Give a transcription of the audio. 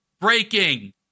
Breaking